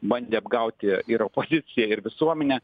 bandė apgauti ir opoziciją ir visuomenę